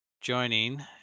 joining